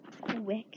quick